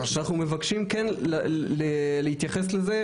ואנחנו מבקשים כן להתייחס לזה,